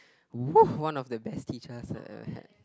!wooh! one of the best teachers that I ever had